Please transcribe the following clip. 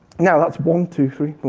now that's one two three